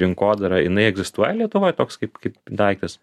rinkodarą jinai egzistuoja lietuvoj toks kaip daiktas